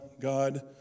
God